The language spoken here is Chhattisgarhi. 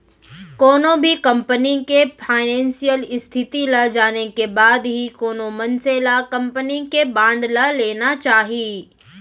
कोनो भी कंपनी के फानेसियल इस्थिति ल जाने के बाद ही कोनो मनसे ल कंपनी के बांड ल लेना चाही